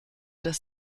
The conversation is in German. des